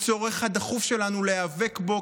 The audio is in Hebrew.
בצורך הדחוף שלנו להיאבק בו,